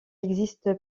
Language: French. existe